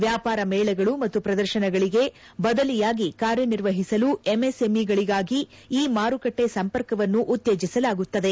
ವ್ಚಾಪಾರ ಮೇಳಗಳು ಮತ್ತು ಪ್ರದರ್ಶನಗಳಿಗೆ ಬದಲಿಯಾಗಿ ಕಾರ್ಯನಿರ್ವಹಿಸಲು ಎಂಎಸ್ಎಂಇಗಳಿಗಾಗಿ ಇ ಮಾರುಕಟ್ಲೆ ಸಂಪರ್ಕವನ್ನು ಉತ್ತೇಜಿಸಲಾಗುತ್ತದೆ